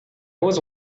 was